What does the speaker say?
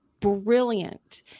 brilliant